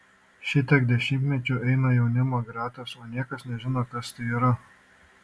šitiek dešimtmečių eina jaunimo gretos o niekas nežino kas tai yra